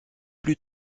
plus